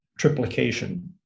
triplication